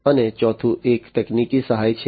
અને ચોથું એક તકનીકી સહાય છે